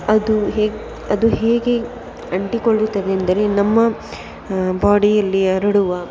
ಅದು ಹೇಗೆ ಅದು ಹೇಗೆ ಅಂಟಿಕೊಳ್ಳುತ್ತದೆಂದರೆ ನಮ್ಮ ಬಾಡಿಯಲ್ಲಿ ಹರಡುವ